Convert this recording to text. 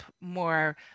more